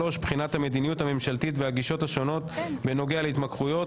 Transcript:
בחינת המדיניות הממשלתית והגישות השונות בנוגע להתמכרויות.